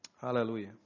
Hallelujah